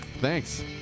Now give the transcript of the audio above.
Thanks